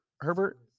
Herbert